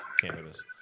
cannabis